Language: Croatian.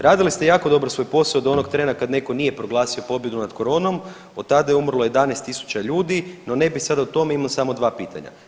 Radili ste jako dobro svoj posao do onog trena kad netko nije proglasio pobjedu nad koronom, od tada je umrlo 11.000 ljudi no ne bi sad o tome imam samo dva pitanja.